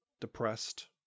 Depressed